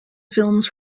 films